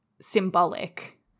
symbolic